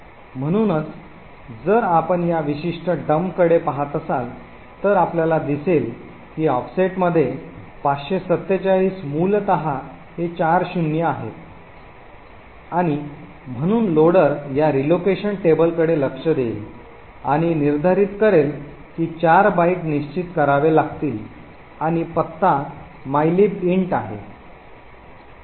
म्हणूनच जर आपण या विशिष्ट डंपकडे पहात असाल तर आपल्याला दिसेल की ऑफसेटमध्ये 547 मूलतः हे चार शून्य आहेत आणि म्हणून लोडर या relocation table कडे लक्ष देईल आणि निर्धारित करेल की 4 बाइट निश्चित करावे लागतील आणि पत्ता मायलीब इंटचा mylib int आहे